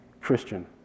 Christian